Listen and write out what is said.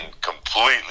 completely